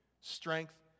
strength